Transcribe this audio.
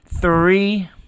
three